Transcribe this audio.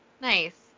Nice